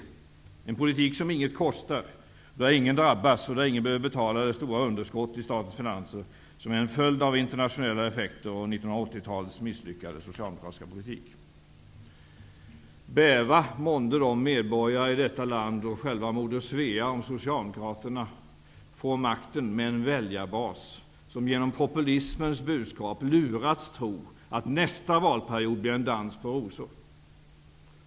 Det är en politik som inget kostar, där ingen drabbas och där ingen behöver betala det stora underskott i statens finanser som är en följd av internationella effekter och 1980-talets misslyckade socialdemokratiska politik. Bäva månde medborgare i detta land och själva Moder Svea om socialdemokraterna får makten med en väljarbas som genom populismens budskap lurats tro att nästa valperiod blir en dans på rosor.